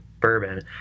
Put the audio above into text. bourbon